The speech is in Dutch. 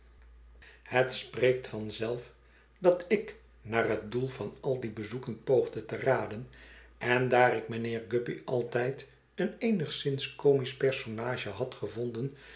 het spreekt van zelf dat ik naar het doel van al die bezoeken poogde te raden en daar ik mijnheer guppy altijd een eenigszins comisch personage had gevonden